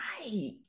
Right